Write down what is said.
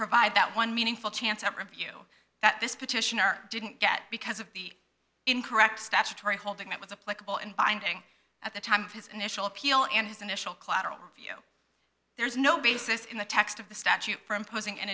provide that one meaningful chance of review that this petitioner didn't get because of the incorrect statutory holding that was a political and binding at the time of his initial appeal and his initial collateral view there is no basis in the text of the statute for imposing an